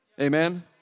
Amen